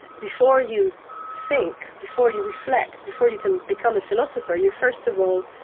before you think, before you reflect, before you can become a philosopher, you're first of all,